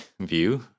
view